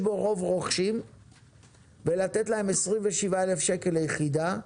בו רוב רוכשים ולתת להם 27,000 ליחידה,